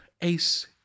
Ace